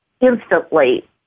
instantly